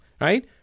right